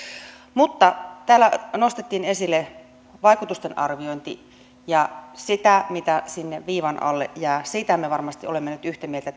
mutta täällä nostettiin esille vaikutusten arviointi ja siitä mitä sinne viivan alle jää me haluamme tietää siitähän me varmasti olemme nyt yhtä mieltä